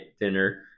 dinner